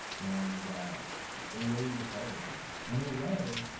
and in a way, we were celebrating. and in a way,